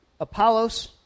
Apollos